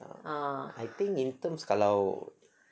I think in terms kalau